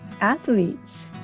athletes